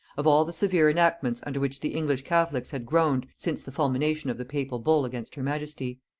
of all the severe enactments under which the english catholics had groaned since the fulmination of the papal bull against her majesty.